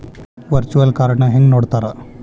Virtual ಕಾರ್ಡ್ನ ಹೆಂಗ್ ನೋಡ್ತಾರಾ?